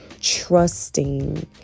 trusting